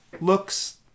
looks